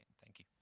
thank you.